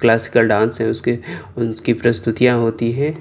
classical dance ہے اس کے اس کی پرستوتیاں ہوتی ہیں